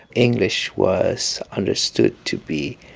english was understood to be